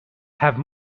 have